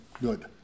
Good